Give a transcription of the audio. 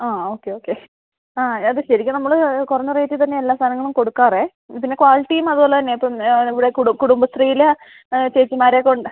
ആ okay okay ആ അത് ശെരിക്കും നമ്മൾ കുറഞ്ഞ റേറ്റ് തന്നെ എല്ലാ സാധനങ്ങളും കൊടുക്കാറ് പിന്നെ ക്വാളിറ്റിയും അതുപോലെ തന്നെ ഇപ്പം ഇവിടെ കുടുംബശ്രീയിൽ ചേച്ചിമാരെ കൊണ്ട്